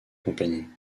compagnie